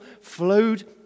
flowed